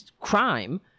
crime